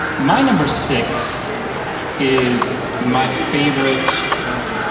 my number six is my favorite, well,